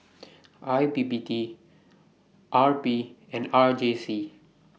I P P T R P and R J C